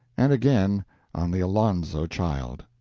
and again on the alonzo child.